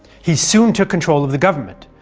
he soon took control of the government,